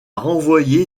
renvoyé